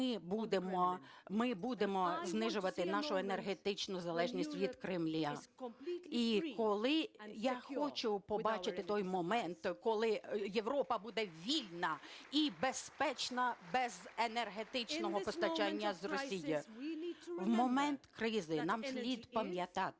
ми будемо знижувати нашу енергетичну залежність від Кремля. І я хочу побачити той момент, коли Європа буде вільна і безпечна без енергетичного постачання з Росії. В момент кризи нам слід пам’ятати,